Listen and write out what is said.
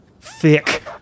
thick